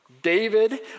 David